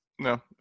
No